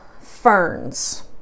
ferns